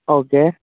okay